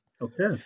Okay